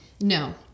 No